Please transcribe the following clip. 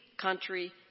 country